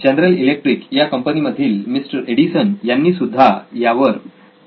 general electric या कंपनी मधील मिस्टर एडिसन यांनी सुद्धा यावर काम करण्याचा प्रयत्न केला